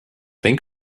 think